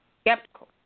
skeptical